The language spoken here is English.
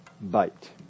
bite